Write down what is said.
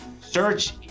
search